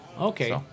Okay